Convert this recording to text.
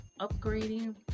upgrading